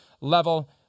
level